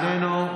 איננו,